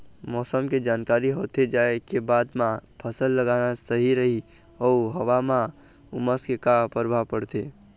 मौसम के जानकारी होथे जाए के बाद मा फसल लगाना सही रही अऊ हवा मा उमस के का परभाव पड़थे?